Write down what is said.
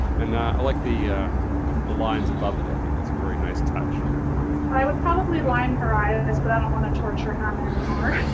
and i like the yeah the lines above it, i think that's a very nice touch. n i would probably line her eyes but i don't wanna torture hannah anymore.